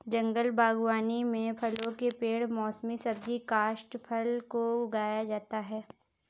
जंगल बागवानी में फलों के पेड़ मौसमी सब्जी काष्ठफल को उगाया जाता है